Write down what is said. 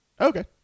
okay